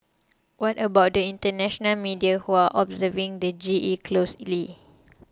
what about the international media who are observing the G E closely